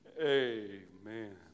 amen